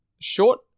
Short